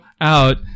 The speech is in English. out